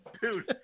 Dude